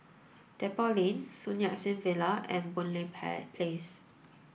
Depot Lane Sun Yat Sen Villa and Boon Lay Place